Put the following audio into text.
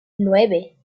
nueve